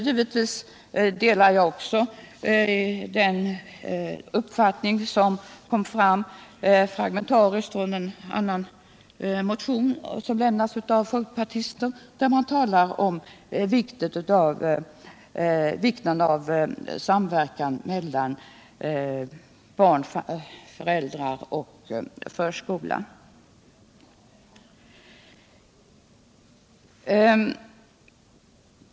Givetvis ansluter jag mig också till den uppfattning som fragmentariskt kommit till uttryck i en annan motion som lämnats in av folkpartister och där man talar om vikten av samverkan mellan barn, föräldrar och förskola.